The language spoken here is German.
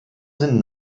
sind